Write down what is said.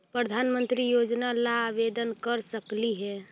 प्रधानमंत्री योजना ला आवेदन कर सकली हे?